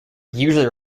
usually